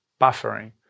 Buffering